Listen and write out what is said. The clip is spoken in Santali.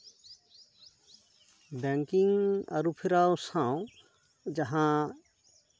ᱵᱮᱝᱠᱤᱝ ᱟᱹᱨᱩᱯᱷᱮᱨᱟᱣ ᱥᱟᱶ ᱡᱟᱦᱟᱸ